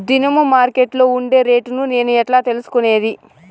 దినము మార్కెట్లో ఉండే రేట్లని నేను ఎట్లా తెలుసుకునేది?